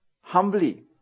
humbly